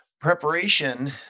Preparation